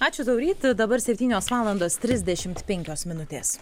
ačiū tau ryti dabar septynios valandos trisdešimt penkios minutės